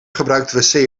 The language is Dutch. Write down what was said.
gebruikten